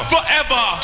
Forever